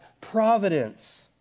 providence